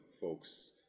folks